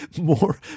more